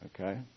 Okay